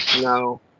No